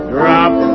Drop